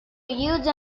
use